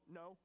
no